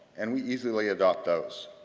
and we easily adopt those.